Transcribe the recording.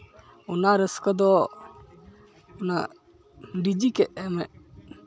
ᱚᱱᱟ ᱨᱟᱹᱥᱠᱟᱹ ᱫᱚ ᱚᱱᱟ ᱰᱤᱡᱤ ᱠᱚ ᱮᱢᱮᱫ